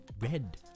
red